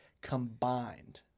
combined